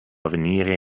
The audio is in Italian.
avvenire